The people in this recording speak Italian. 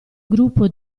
gruppo